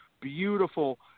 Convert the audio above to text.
beautiful